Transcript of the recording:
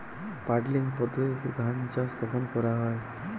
Puddling পদ্ধতিতে ধান চাষ কখন করা হয়?